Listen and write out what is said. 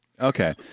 Okay